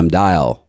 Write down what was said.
dial